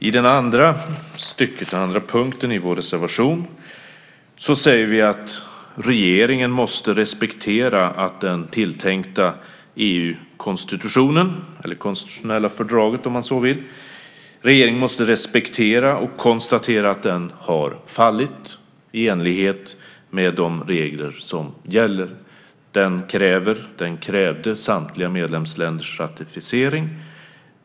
I den andra punkten i vår reservation säger vi att regeringen måste respektera och konstatera att den tilltänkta EU-konstitutionen, eller det konstitutionella fördraget om man så vill, har fallit i enlighet med de regler som gäller. Den krävde samtliga medlemsländers ratificering.